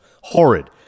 Horrid